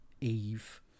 Eve